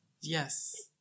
Yes